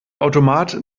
automat